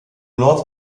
north